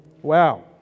Wow